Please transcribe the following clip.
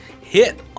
hit